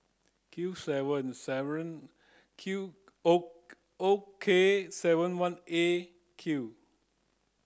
Q seven seven Q O O K seven one A Q